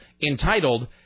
entitled